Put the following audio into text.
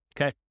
okay